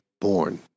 born